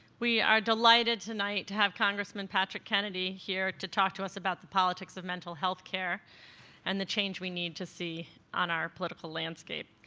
we are delighted tonight to have congressman patrick kennedy here to talk to us about the politics of mental health care and the change we need to see on our political landscape.